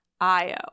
Io